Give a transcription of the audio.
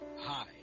Hi